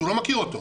שהוא לא מכיר אותו,